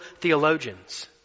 theologians